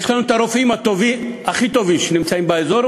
יש לנו הרופאים הכי טובים שנמצאים באזור,